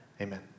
Amen